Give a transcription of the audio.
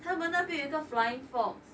他们那边有一个 flying fox